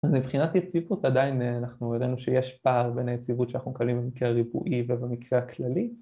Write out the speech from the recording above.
‫אז מבחינת יציבות עדיין אנחנו ידענו ‫שיש פער בין היציבות שאנחנו מקבלים ‫במקרה הריבועי ובמקרה הכללי.